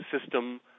system